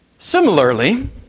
Similarly